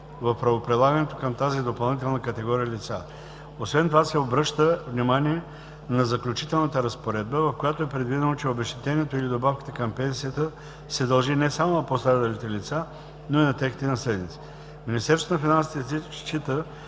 в правоприлагането към тази допълнителна категория лица. Освен това се обръща внимание на заключителната разпоредба, в която е предвидено, че обезщетението или добавката към пенсията се дължи не само на пострадалите лица, но и на техните наследници. Министерство на финансите счита,